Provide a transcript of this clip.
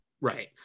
Right